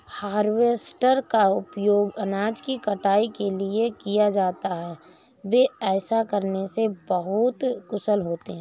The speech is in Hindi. हार्वेस्टर का उपयोग अनाज की कटाई के लिए किया जाता है, वे ऐसा करने में बहुत कुशल होते हैं